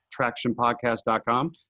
tractionpodcast.com